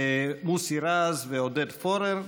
מוסי רז ועודד פורר.